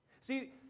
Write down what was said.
See